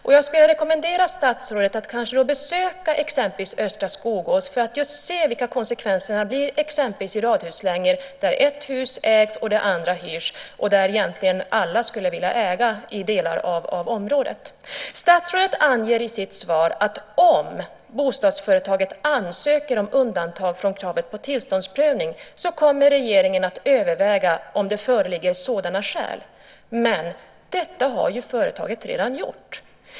Jag skulle vilja rekommendera statsrådet att besöka östra Skogås för att just se vilka konsekvenserna blir i exempelvis radhuslängor, där ett hus ägs och det andra hyrs, men där egentligen alla i delar av området skulle vilja äga. Statsrådet anger i sitt svar att om bostadsföretaget ansöker om undantag från kravet på tillståndsprövning kommer regeringen att överväga om det föreligger sådana skäl. Men detta har ju företaget redan gjort.